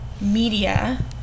media